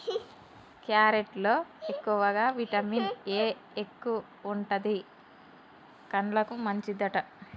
carrot లో ఎక్కువగా vitamin A ఎక్కువుంటది, కండ్లకు మంచిదట